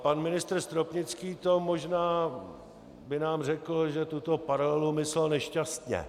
Pan ministr Stropnický by nám řekl, že tuto paralelu myslel nešťastně.